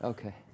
Okay